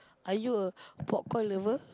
are you a popcorn lover